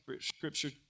scripture